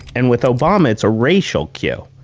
and with obama, it's a racial cue,